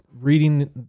reading